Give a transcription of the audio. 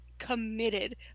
committed